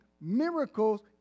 miracles